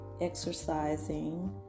exercising